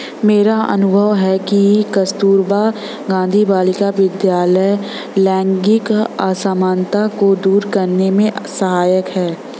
मेरा अनुभव है कि कस्तूरबा गांधी बालिका विद्यालय लैंगिक असमानता को दूर करने में सहायक है